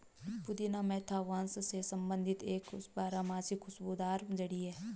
पुदीना मेंथा वंश से संबंधित एक बारहमासी खुशबूदार जड़ी है